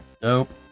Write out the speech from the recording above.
Dope